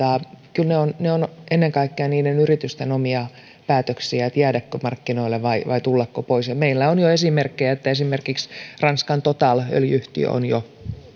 kyllä ne ovat ennen kaikkea niiden yritysten omia päätöksiä että jäädäkö markkinoille vai vai tullako pois ja meillä on jo esimerkkejä että esimerkiksi ranskan total öljy yhtiö on jo